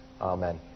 Amen